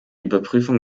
überprüfung